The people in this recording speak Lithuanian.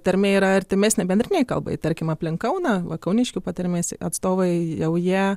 tarmė yra artimesnė bendrinei kalbai tarkim aplink kauną va kauniškių patarmės atstovai jau jie